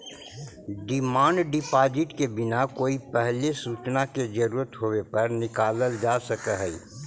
demand deposit के बिना कोई पहिले सूचना के जरूरत होवे पर निकालल जा सकऽ हई